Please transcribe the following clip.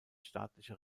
staatliche